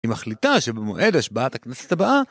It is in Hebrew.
היא מחליטה שבמועד השבעת הכנסת הבאה